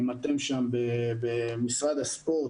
אם אתם שם במשרד הספורט,